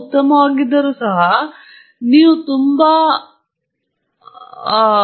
ನಾವು ಕುರಿತು ಬರೆದ ಈ ಸಮಗ್ರ ಸರಾಸರಿ ನಾನು ಮೇಲೆ ಬರೆದಂತೆ ಅದನ್ನು ನಿರೀಕ್ಷೆ ಎಂದು ಕರೆಯಲಾಗುತ್ತದೆ